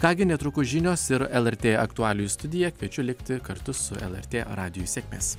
ką gi netrukus žinios ir lrt aktualijų studija kviečiu likti kartu su lrt radiju sėkmės